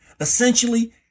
Essentially